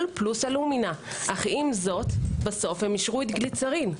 פלוס אלומינה אבל עם זאת בסוף אישרו את גליצרין.